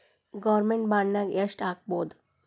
Government ಬಾಂಡ್ನಾಗ್ ಯೆಷ್ಟ್ ಹಾಕ್ಬೊದು?